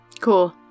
Cool